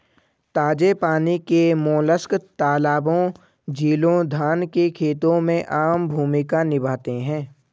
ताजे पानी के मोलस्क तालाबों, झीलों, धान के खेतों में आम भूमिका निभाते हैं